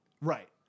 Right